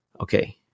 okay